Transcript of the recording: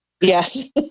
Yes